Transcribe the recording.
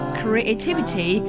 creativity